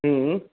হুম